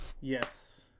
Yes